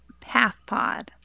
PathPod